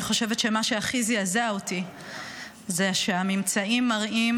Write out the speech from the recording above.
אני חושבת שמה שהכי זעזע אותי הוא שהממצאים מראים